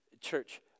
Church